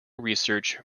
research